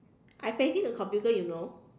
I facing the computer you know